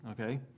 Okay